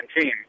team